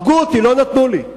הרגו אותי, לא נתנו לי.